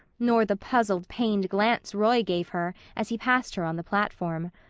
nor the puzzled pained glance roy gave her as he passed her on the platform.